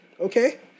Okay